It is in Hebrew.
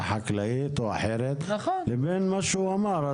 חקלאי או אחר וההבדל בין מה שהוא אמר.